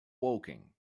woking